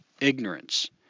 ignorance